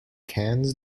cannes